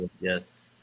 yes